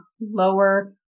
lower